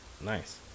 Nice